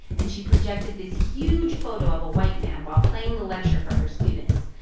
and she projected this huge photo of a white man while playing the lecture for her students.